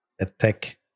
attack